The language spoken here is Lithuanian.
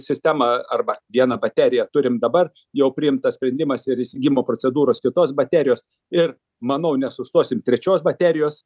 sistemą arba vieną bateriją turim dabar jau priimtas sprendimas ir įsigijimo procedūros kitos baterijos ir manau nesustosim trečios baterijos